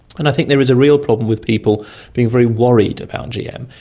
and i think there is a real problem with people being very worried about gm.